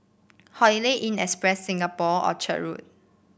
Holiday Inn Express Singapore Orchard Road